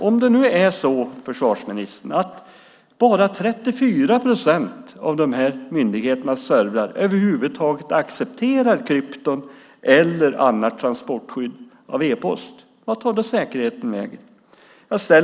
Om det nu är så, försvarsministern, att bara 34 procent av myndigheternas servrar över huvud taget accepterar krypton eller annat transportskydd av e-post blir frågan vart säkerheten då tar vägen.